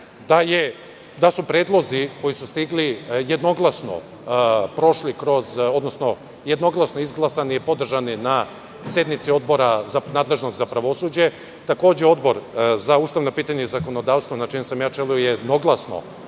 da su predlozi koji su stigli jednoglasno izglasani i podržani na sednici nadležnog Odbora za pravosuđe. Takođe, Odbor za ustavna pitanja i zakonodavstvo, na čijem sam ja čelu, jednoglasno